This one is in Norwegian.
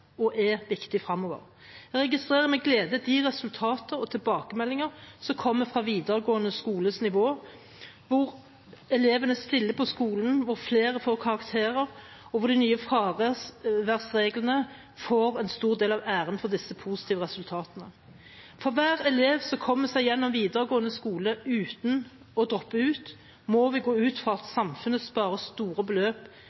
og kompetanse har vært og er viktig fremover. Jeg registrerer med glede de resultater og tilbakemeldinger som kommer fra videregående skoles nivå, hvor elevene stiller på skolen og flere får karakterer, og hvor de nye fraværsreglene får en stor del av æren av disse positive resultatene. For hver elev som kommer seg gjennom videregående skole uten å droppe ut, må vi gå ut fra at